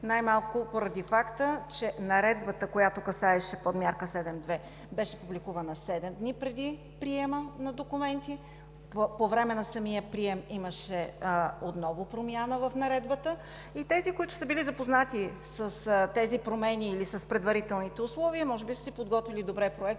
най-малко поради факта, че Наредбата, която беше по мярка 7.2, беше публикувана седем дни преди приема на документи. По време на самия прием имаше отново промяна в Наредбата. Тези, които са били запознати с тези промени или с предварителните условия, може би са си подготвили добре проектите,